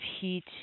heat